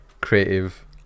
creative